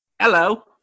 Hello